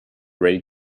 ready